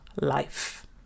life